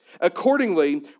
accordingly